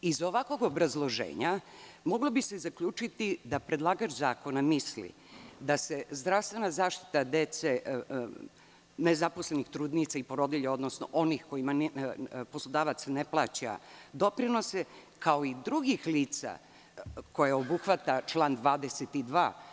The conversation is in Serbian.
Iz ovakvog obrazloženja moglo bi se zaključiti da predlagač zakona misli da se zdravstvena zaštita dece, nezaposlenih trudnica i porodilja, odnosno onih kojima poslodavac ne plaća doprinose, kao i drugih lica koje obuhvata član 22.